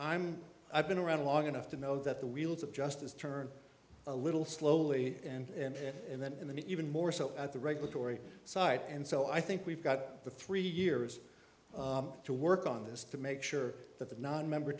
i'm i've been around long enough to know that the wheels of justice turn a little slowly and then in the me even more so at the regulatory side and so i think we've got the three years to work on this to make sure that the nonmember